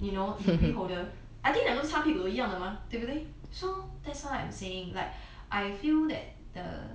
you know degree holder I think 两个擦屁股都一样的嘛对不对 so that's why I'm saying like I feel that the